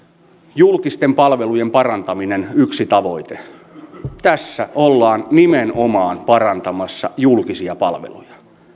julkisten palvelujen parantaminen yhtenä tavoitteena tässä ollaan nimenomaan parantamassa julkisia palveluja